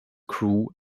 crew